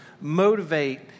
motivate